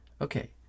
okay